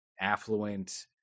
affluent